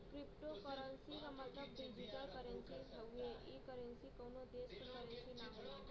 cryptocurrency क मतलब digital currency से हउवे ई करेंसी कउनो देश क करेंसी न होला